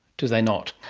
do they not?